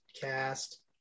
cast